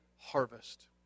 harvest